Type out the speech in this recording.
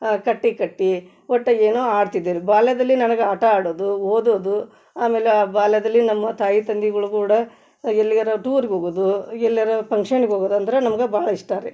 ಕಟ್ಟೆ ಕಟ್ಟಿ ಒಟ್ಟು ಏನೋ ಆಡ್ತಿದ್ದೀವಿ ರಿ ಬಾಲ್ಯದಲ್ಲಿ ನನಗೆ ಆಟ ಆಡೋದು ಓದೋದು ಆಮೇಲೆ ಆ ಬಾಲ್ಯದಲ್ಲಿ ನಮ್ಮ ತಾಯಿ ತಂದಿಗಳು ಕೂಡ ಎಲ್ಲಿಗಾರ ಟೂರ್ಗೆ ಹೋಗೋದು ಎಲ್ಯರೂ ಫಂಕ್ಷನಿಗೆ ಹೋಗೋದ್ ಅಂದ್ರೆ ನಮ್ಗೆ ಭಾಳ ಇಷ್ಟ ರೀ